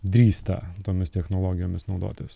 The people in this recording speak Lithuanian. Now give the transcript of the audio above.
drįsta tomis technologijomis naudotis